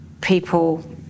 people